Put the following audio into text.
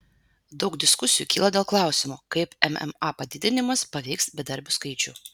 daug diskusijų kyla dėl klausimo kaip mma padidinimas paveiks bedarbių skaičių